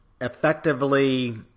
effectively